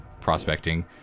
prospecting